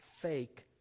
fake